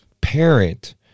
parent